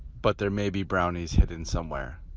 but there may be brownies hidden somewhere.